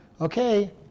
Okay